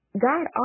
God